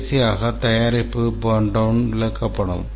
கடைசியாக தயாரிப்பு பர்ன்டவுன் விளக்கப்படம்